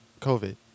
COVID